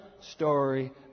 story